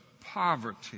poverty